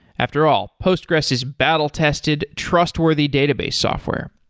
after all, postgres is battle tested, trustworthy database software,